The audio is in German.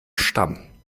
stamm